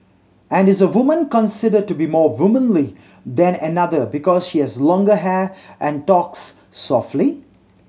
and is a woman considered to be more womanly than another because she has longer hair and talks softly